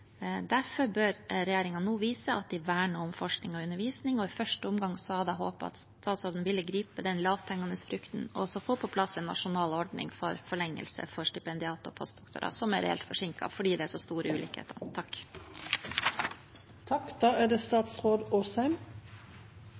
Derfor bør regjeringen nå vise at de verner om forskning og undervisning. I første omgang hadde jeg håpet at statsråden ville gripe den lavthengende frukten og fått på plass en nasjonal ordning for forlengelse for stipendiater og postdoktorer, som er reelt forsinket fordi det er så store ulikheter. La meg begynne samme sted som interpellanten, nemlig med det